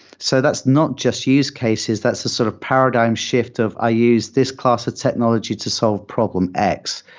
so that's not just use cases. that's a sort of paradigm shift of i use this class of technology to solve problem x,